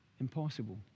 Impossible